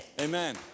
Amen